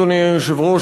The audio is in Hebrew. אדוני היושב-ראש,